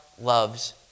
loves